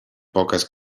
poques